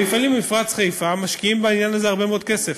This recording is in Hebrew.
המפעלים במפרץ חיפה משקיעים בעניין הזה הרבה מאוד כסף,